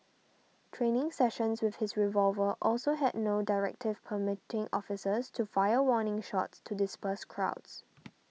training sessions with his revolver also had no directive permitting officers to fire warning shots to disperse crowds